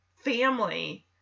family